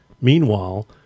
Meanwhile